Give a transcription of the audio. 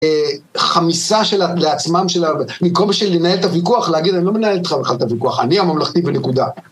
חמיסה של לעצמם של המקום של לנהל את הוויכוח להגיד אני לא מנהל איתך בכלל את הוויכוח אני הממלכתי בנקודה.